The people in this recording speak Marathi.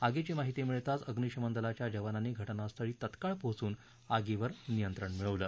आगीची माहिती मिळताच अग्निशमन दलाच्या जवानांनी घटनास्थळी तत्काळ पोहचून आगीवर नियंत्रण मिळवलं